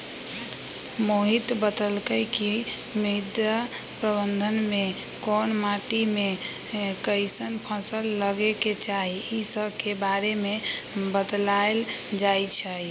मोहित बतलकई कि मृदा प्रबंधन में कोन माटी में कईसन फसल लगे के चाहि ई स के बारे में बतलाएल जाई छई